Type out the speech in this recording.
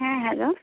হ্যাঁ হ্যালো